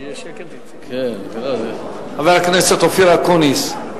חבר הכנסת אופיר אקוניס,